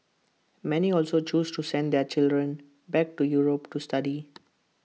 many also choose to send their children back to Europe to study